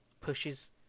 pushes